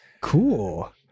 cool